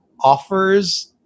offers